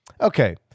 okay